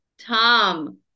Tom